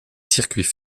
circuits